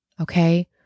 Okay